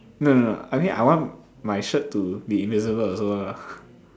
no no no I mean I want my shirt to be invisible also ah